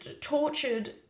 tortured